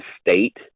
state